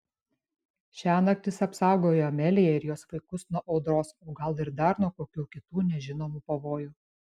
šiąnakt jis apsaugojo ameliją ir jos vaikus nuo audros o gal ir dar nuo kokių kitų nežinomų pavojų